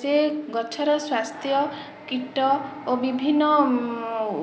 ସେ ଗଛର ସ୍ଵାସ୍ଥ କୀଟ ଓ ବିଭିନ୍ନ